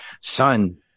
son